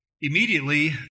Immediately